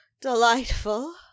delightful